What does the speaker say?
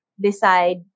decide